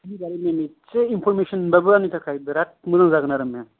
इसे इनफरमेसन मोनबाबो आंनो थाखाय बिराथ मोजां जागोन आरो मेम